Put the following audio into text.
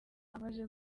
amaze